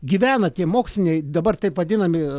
gyvena tie moksliniai dabar taip vadinami